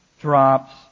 drops